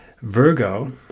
virgo